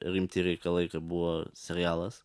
rimti reikalai kai buvo serialas